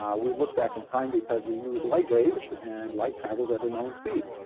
um we look back in time because we use light waves and light travels at a known speed.